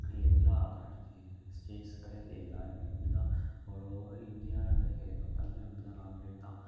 எல்லாம் ஸ்டேட்ஸ் கிடையாது எல்லாருமே அப்படிதான் ஓல் ஓவர் இந்தியா அண்டு எங்கே பார்த்தாலுமே அப்படிதான் லாங் ட்ரைவ் தான்